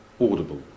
audible